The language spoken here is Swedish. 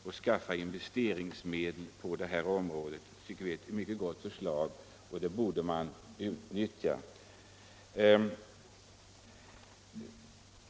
Det anser vi vara ett mycket gott förslag och en möjlighet som borde utnyttjas.